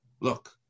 Look